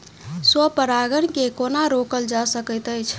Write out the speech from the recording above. स्व परागण केँ कोना रोकल जा सकैत अछि?